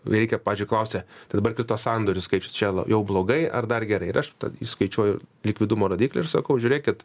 veikia pavyzdžiui klausia tai dabar kai tas sandorių skaičius čia la jau blogai ar dar gerai ir aš įskaičiuoju likvidumo rodiklį ir sakau žiūrėkit